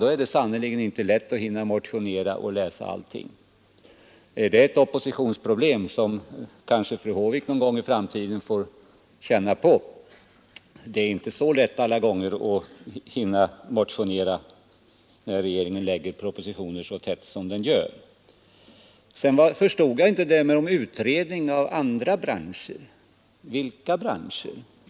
Då är det sannerligen inte lätt att läsa allt och att hinna motionera. Det är ett oppositionsproblem som kanske också fru Håvik får känna på någon gång i framtiden. Det är inte så lätt alla gånger att hinna motionera, när regeringen framlägger propositioner så tätt som den gör. Sedan förstod jag inte talet om utredning av andra branscher. Vilka branscher?